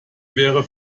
wäre